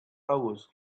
hours